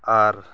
ᱟᱨ